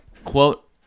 quote